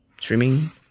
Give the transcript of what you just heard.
Streaming